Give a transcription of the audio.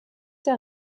der